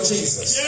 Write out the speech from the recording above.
Jesus